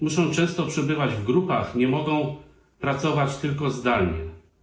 Muszą często przebywać w grupach, nie mogą pracować tylko zdalnie.